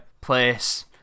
place